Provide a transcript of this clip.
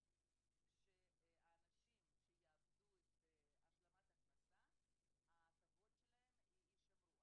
שהאנשים שיאבדו את השלמת ההכנסה ההטבות שלהם יישמרו.